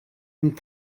ond